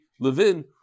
Levin